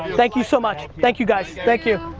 thank you so much, thank you, guys. thank you.